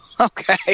Okay